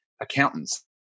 accountants